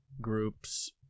groups